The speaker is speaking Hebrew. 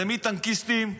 זה מטנקיסטים,